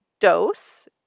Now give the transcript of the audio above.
dose